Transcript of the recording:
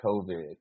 covid